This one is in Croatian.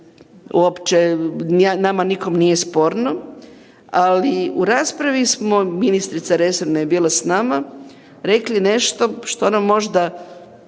uopće nama nikom nije sporno, ali u raspravi smo ministrica resorna je bila s nama, rekli nešto što nam možda